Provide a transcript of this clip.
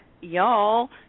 y'all